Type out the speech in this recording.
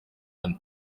hano